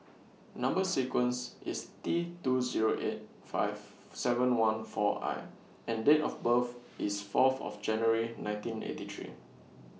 Number sequence IS T two Zero eight five seven one four I and Date of birth IS Fourth of January nineteen eighty three